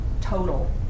total